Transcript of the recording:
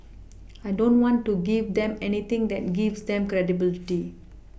I don't want to give them anything that gives them credibility